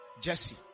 Jesse